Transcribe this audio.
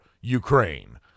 Ukraine